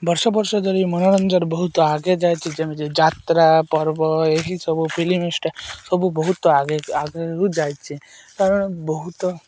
ବର୍ଷ ବର୍ଷ ଧରି ମନୋରଞ୍ଜନ ବହୁତ ଆଗେ ଯାଇଛି ଯେମିତି ଯାତ୍ରା ପର୍ବ ଏହିସବୁ ଫିଲିମଷ୍ଟ ସବୁ ବହୁତ ଆଗେ ଆଗକୁ ଯାଇଛି କାରଣ ବହୁତ